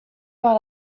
par